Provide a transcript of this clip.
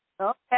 Okay